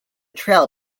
trail